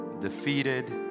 defeated